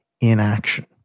inaction